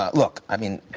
ah look, i mean,